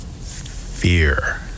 fear